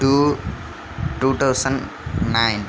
to two thousand nine